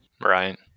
Right